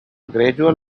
gradual